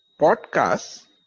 podcasts